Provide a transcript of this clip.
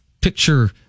picture